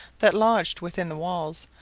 that lodged within the walls,